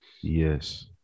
Yes